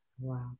Wow